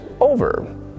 over